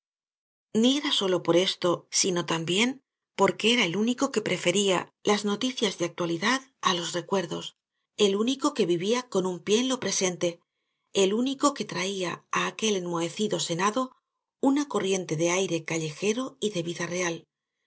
ni era sólo por esto sino también porque era el único que prefería las noticias de actualidad á los recuerdos el único que vivía con un pié en lo presente el único que traía á aquel enmohecido senado una corriente de aire callejero y de vida real don